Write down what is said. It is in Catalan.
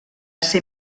ser